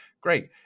Great